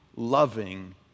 Loving